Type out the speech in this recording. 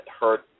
hurt